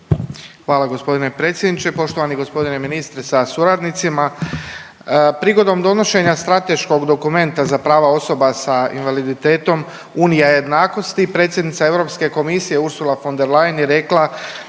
Hvala gospodine predsjedniče. Poštovani gospodine ministre sa suradnicima. Prigodom donošenja strateškog dokumenta za prava osoba sa invaliditetom, unija jednakosti predsjednica europske komisije Ursula von der Leyen je rekla